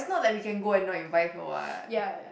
it's not that we can go and not invite her what